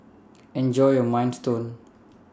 Enjoy your Minestrone